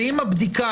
ואם הבדיקה,